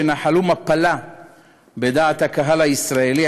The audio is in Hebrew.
שנחלו מפלה בדעת הקהל הישראלי,